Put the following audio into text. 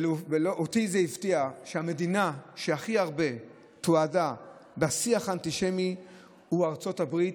אותי זה הפתיע שהמדינה שהכי הרבה תועדה בשיח האנטישמי היא ארצות הברית,